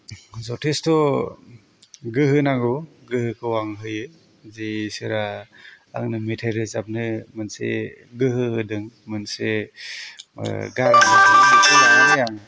जथेस्त' गोहो नांगौ गोहोखौ आं होयो जि इसोरा आंनो मेथाइ रोजाबनो मोनसे गोहो होदों मोनसे गारां होदों बेखौ लानानै आं